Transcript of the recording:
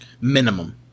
minimum